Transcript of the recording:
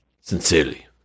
Sincerely